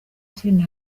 kindi